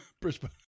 Brisbane